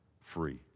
free